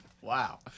Wow